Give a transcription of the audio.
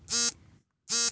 ಕಪ್ಪು ಮಣ್ಣು ಎಂದರೇನು?